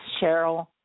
Cheryl